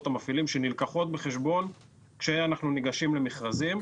המפעילים שנלקחות בחשבון כשאנחנו ניגשים למכרזים.